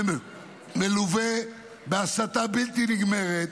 זה מלווה בהסתה בלתי נגמרת,